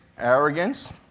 Arrogance